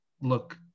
look